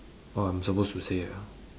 oh I'm supposed to say ah